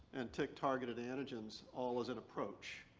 and tick targeted antigens all as an approach.